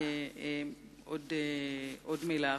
עוד מלה אחת.